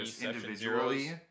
individually